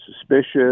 suspicious